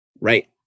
right